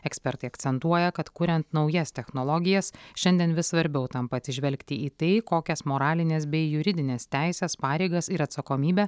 ekspertai akcentuoja kad kuriant naujas technologijas šiandien vis svarbiau tampa atsižvelgti į tai kokias moralines bei juridines teises pareigas ir atsakomybę